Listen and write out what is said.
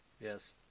Yes